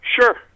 Sure